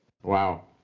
Wow